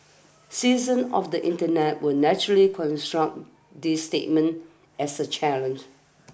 citizens of the internet will naturally construe this statement as a challenge